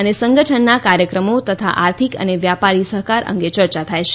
અને સંગઠનના કાર્યક્રમો તથા આર્થિક અને વ્યાપારી સહકાર અંગે ચર્ચા થાય છે